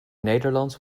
nederland